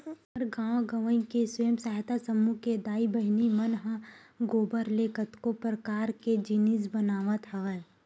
हमर गाँव गंवई के स्व सहायता समूह के दाई बहिनी मन ह गोबर ले कतको परकार के जिनिस बनावत हवय